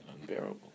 unbearable